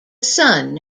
son